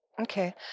Okay